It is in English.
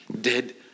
dead